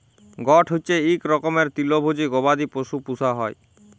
goat হচ্যে ইক রকমের তৃলভজী গবাদি পশু পূষা হ্যয়